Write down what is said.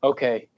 Okay